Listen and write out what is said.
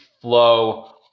flow